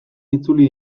itzuli